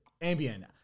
Ambien